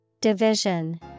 Division